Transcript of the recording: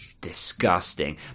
disgusting